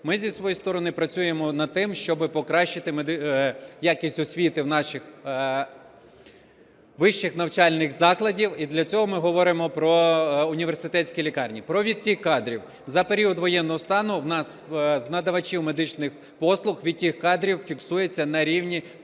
Ми зі своєї сторони працюємо над тим, щоби покращити якість освіти в наших вищих навчальних закладах, і для цього ми говоримо про університетські лікарні. Про відтік кадрів. За період воєнного стану в нас з надавачів медичних послуг відтік кадрів фіксується на рівні